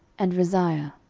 and rezia.